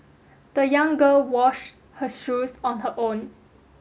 the young girl washed her shoes on her own